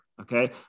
okay